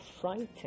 frightened